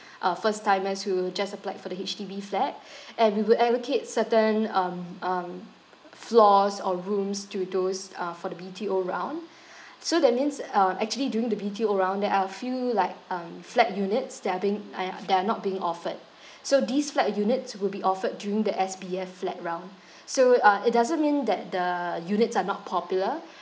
uh first timers who just applied for the H_D_B flat and we will allocate certain um um floors or rooms to those uh for the B_T_O round so that means uh actually during the B_T_O round there are a few like um flat units that are being that are not being offered so these flat units would be offered during the S_B_F flat round so uh it doesn't mean that the units are not popular